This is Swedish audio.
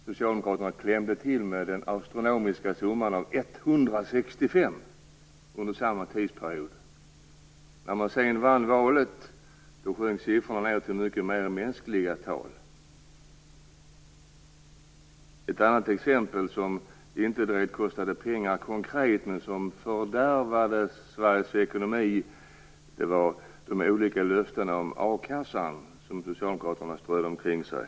Socialdemokraterna klämde till med den astronomiska summan 165 miljarder kronor under samma tidsperiod. När man sedan vann valet sjönk den siffran och blev mycket mera mänsklig. Ett annat exempel - och detta kostade inte direkt pengar rent konkret, men det fördärvade Sveriges ekonomi - var de olika löften om a-kassan som Socialdemokraterna strödde omkring sig.